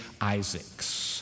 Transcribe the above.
Isaacs